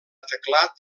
teclat